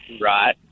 Right